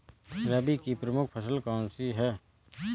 रबी की प्रमुख फसल कौन सी है?